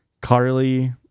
Carly